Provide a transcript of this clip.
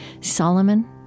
Solomon